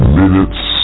minutes